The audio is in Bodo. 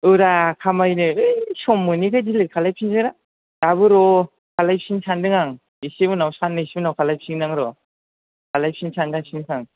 औब्रा खामायनो है सम मोनैखाय डिलेट खालाय फिनबायब्रा दाबो र' खालायफिननो सान्दों आं एसे उनाव साननैसो उनाव खालायफिनगोन आं र' खालायफिननो सानगासिनोखा आं